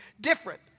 different